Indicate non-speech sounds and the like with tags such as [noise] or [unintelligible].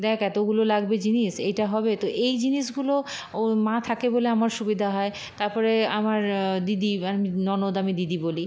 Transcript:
দেখ এতগুলো লাগবে জিনিস এটা হবে তো এই জিনিসগুলো ও মা থাকে বলে আমার সুবিধা হয় তারপরে আমার দিদি [unintelligible] ননদ আমি দিদি বলি